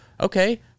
okay